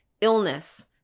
Illness